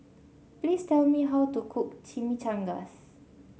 please tell me how to cook Chimichangas